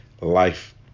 life